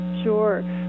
Sure